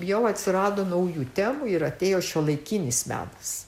jau atsirado naujų temų ir atėjo šiuolaikinis menas